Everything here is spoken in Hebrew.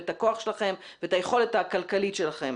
את הכוח שלכם ואת היכולת הכלכלית שלכם.